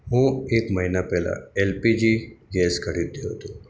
હું એક મહિના પહેલાં એલ પી જી ગૅસ ખરીદ્યો હતો